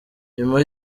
nyuma